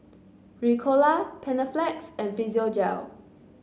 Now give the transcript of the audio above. Ricola Panaflex and Physiogel